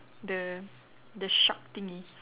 the the shark thingy